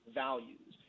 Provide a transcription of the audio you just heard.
values